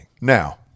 Now